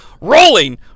rolling